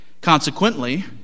Consequently